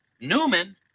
Newman